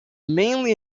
mainly